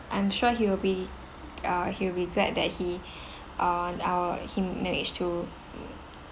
I'm sure he will be uh he'll be glad that he um uh he manage to